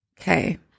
Okay